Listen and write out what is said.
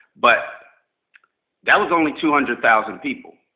but that was only two hundred thousand people.